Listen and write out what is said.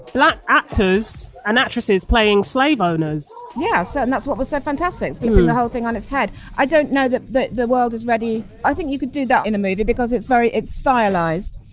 black actors and actresses playing slave owners yeah so and that's what was so fantastic. flipping the whole thing on its head i don't know that the the world is ready. i think you could do that in a movie because it's very stylised.